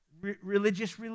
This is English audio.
religious